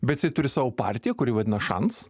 bet jisai turi savo partiją kuri vadinas šans